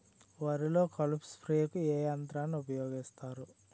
వరిలో కలుపు స్ప్రేకు ఏ యంత్రాన్ని ఊపాయోగిస్తారు?